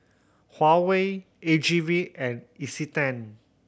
Huawei A G V and Isetan